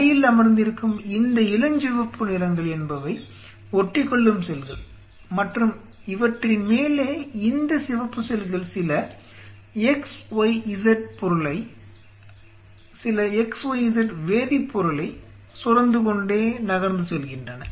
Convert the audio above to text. அடியில் அமர்ந்திருக்கும் இந்த இளஞ்சிவப்பு நிறங்கள் என்பவை ஒட்டிக்கொள்ளும் செல்கள் மற்றும் இவற்றின் மேலே இந்த சிவப்பு செல்கள் சில xyz பொருளை சில xyz வேதிப்பொருளை சுரந்துகொண்டே நகர்ந்து செல்கின்றன